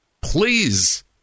Please